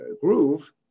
groove